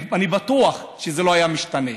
אני בטוח שזה לא היה משתנה.